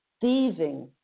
thieving